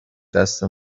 دست